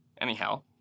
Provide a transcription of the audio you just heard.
Anyhow